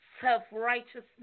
self-righteousness